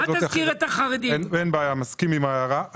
מסכים להערה.